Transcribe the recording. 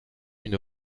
une